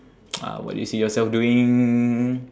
uh what do you see yourself doing